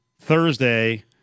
Thursday